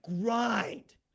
grind